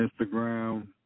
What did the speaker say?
Instagram